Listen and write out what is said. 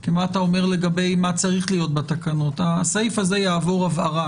כי אם אתה אומר מה צריך להיות בתקנות הסעיף הזה יעבור הבהרה.